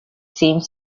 seems